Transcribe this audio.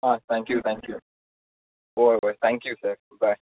आं thank you thank you वोय thank you sir बाय